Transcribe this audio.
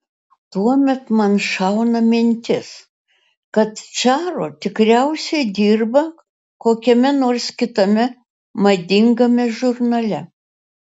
tuomet man šauna mintis kad čaro tikriausiai dirba kokiame nors kitame madingame žurnale